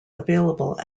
available